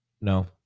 No